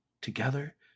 Together